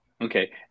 Okay